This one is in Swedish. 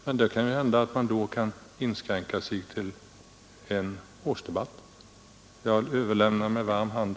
Men det kan hända att man då kan inskränka sig till en årsdebatt. Jag överlämnar med varm hand uppslaget.